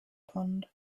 pond